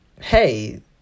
hey